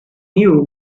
knew